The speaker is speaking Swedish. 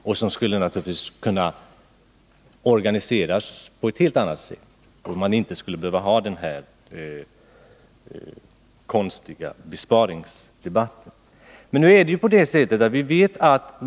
Den ekonomiska politiken skulle kunna bedrivas på ett helt annat sätt, och då skulle man inte behöva föra den här konstiga besparingsdebatten.